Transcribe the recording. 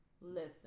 Listen